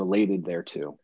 related there to